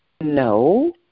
No